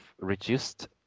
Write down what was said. reduced